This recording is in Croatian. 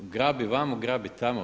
Grabi vamo, grabi tamo.